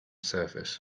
surface